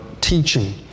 teaching